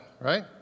right